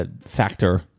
factor